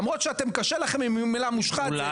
למרות שקשה לכם עם המילה מושחת,